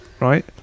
right